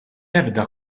ebda